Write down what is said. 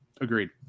Agreed